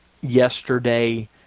yesterday